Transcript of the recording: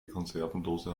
konservendose